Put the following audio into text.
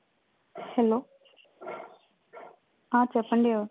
hello చెప్పండి ఎవరు